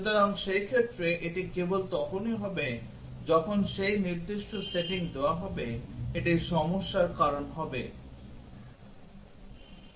সুতরাং সেই ক্ষেত্রে এটি কেবল তখনই হবে যখন সেই নির্দিষ্ট সেটিংস দেওয়া হবে এটি সমস্যার কারণ হবে